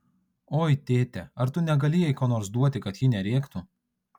oi tėte ar tu negali jai ko nors duoti kad ji nerėktų